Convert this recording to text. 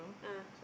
ah